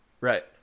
right